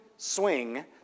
swing